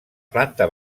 planta